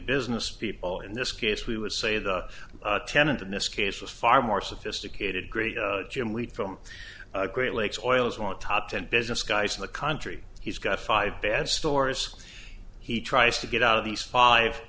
businesspeople in this case we would say the tenant in this case was far more sophisticated great jim wheat from great lakes oil is on top ten business guys in the country he's got five bad stores he tries to get out of these